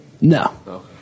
No